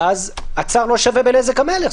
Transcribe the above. שאז הצר לא שווה בנזק המלך.